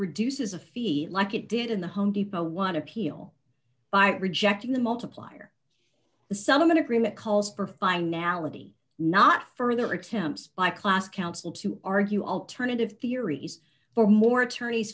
reduces a feat like it did in the home depot one appeal by rejecting the multiplier the settlement agreement calls for finality not further attempts by class counsel to argue alternative theories for more attorneys